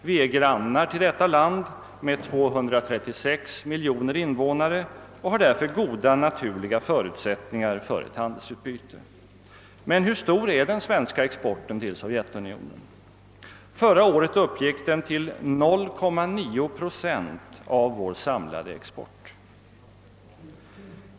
Vi är grannar till detta land med 236 miljoner invånare och har därför goda naturliga förutsättningar för ett handelsutbyte. Men hur stor är den svenska exporten till Sovjetunionen? Förra året uppgick den till 0,9 procent av vår samlade export.